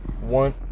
One